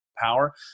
Power